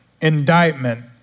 indictment